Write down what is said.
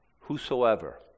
Whosoever